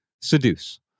Seduce